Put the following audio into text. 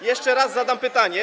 to jeszcze raz zadam pytanie: